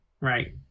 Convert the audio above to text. Right